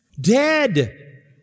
dead